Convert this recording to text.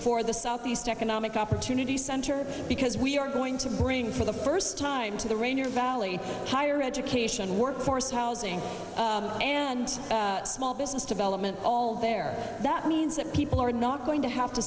for the southeast economic opportunity center because we are going to bring for the first time to the ranger valley higher education workforce housing and small business development all there that means that people are not going to have to